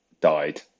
died